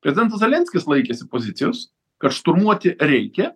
prezidentas zelenskis laikėsi pozicijos kad šturmuoti reikia